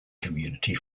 community